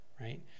right